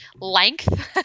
length